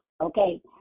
okay